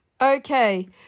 Okay